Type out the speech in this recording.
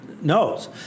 knows